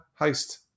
heist